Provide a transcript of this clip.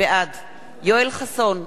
בעד יואל חסון,